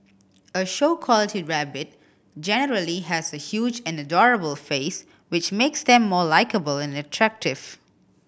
a show quality rabbit generally has a huge and adorable face which makes them more likeable and attractive